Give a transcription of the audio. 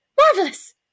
Marvelous